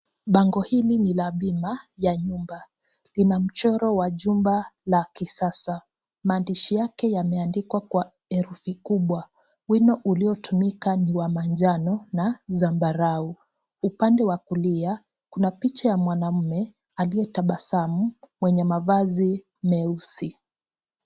Bango hili ni la bima ya nyumba. Lina mchoro wa chumba la kisasa. Mandishi yake yameandikwa kwa herufi kubwa, Wino uliotumika ni wa manjano na zambarau. Upande wa kulia ,kuna picha ya mwanaume, aliye tabasamu mwenye mavazi meusi.